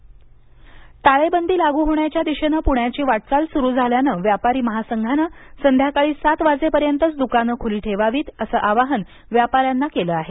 टाळेबंदी व्यापारी महासंघ टाळेबंदी लागू होण्याच्या दिशेनं पुण्याची वाटचाल सुरु झाल्यानं व्यापारी महासंघानं संध्याकाळी सात वाजेपर्यंतच दुकानं खुली ठेवावीत असं आवाहन व्यापाऱ्यांना केलं आहे